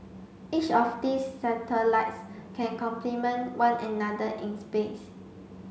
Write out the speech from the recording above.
each of these satellites can complement one another in space